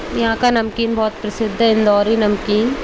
यहाँ का नमकीन बहुत प्रसिद्ध है इंदौरी नमकीन